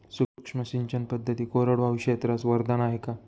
सूक्ष्म सिंचन पद्धती कोरडवाहू क्षेत्रास वरदान आहे का?